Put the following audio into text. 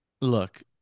look